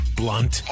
blunt